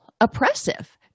oppressive